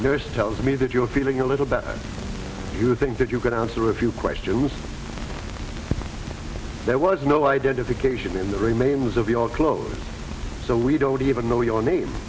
nurse tells me that you're feeling a little better you think that you're going to answer a few questions there was no identification in the remains of your clothes so we don't even know your name